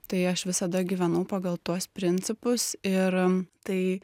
tai aš visada gyvenau pagal tuos principus ir tai